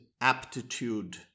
aptitude